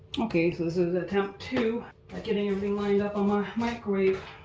okay, so this is attempt two at getting everything lined up um ah microwave.